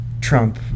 Trump